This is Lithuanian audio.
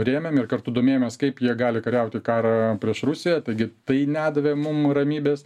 rėmėm ir kartu domėjomės kaip jie gali kariauti karą prieš rusiją taigi tai nedavė mum ramybės